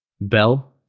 Bell